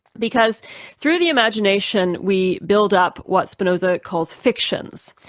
because through the imagination we build up what spinoza calls fictions.